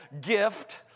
gift